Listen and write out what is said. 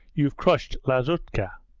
you've crushed lazutka